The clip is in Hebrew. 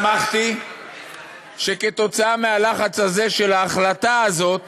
שמחתי שכתוצאה מהלחץ הזה של ההחלטה הזאת